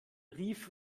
rief